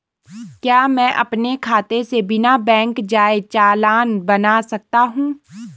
क्या मैं अपने खाते से बिना बैंक जाए चालान बना सकता हूँ?